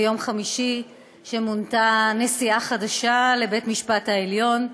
ביום חמישי, מונתה נשיאה חדשה לבית המשפט העליון,